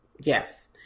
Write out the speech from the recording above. Yes